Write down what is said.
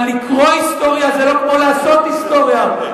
אבל לקרוא היסטוריה זה לא כמו לעשות היסטוריה,